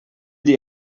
dir